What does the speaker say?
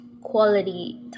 quality